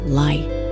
light